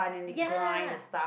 ya